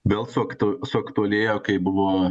belfakto suaktualėjo kai buvo